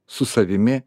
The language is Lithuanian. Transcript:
su savimi